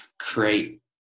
create